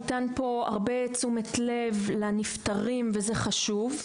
ניתנת פה הרבה תשומת לב לנפטרים וזה חשוב,